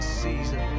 season